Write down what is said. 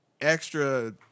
extra